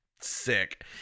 sick